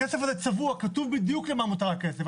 הכסף הזה צבוע, כתוב בדיוק לאן הולך הכסף.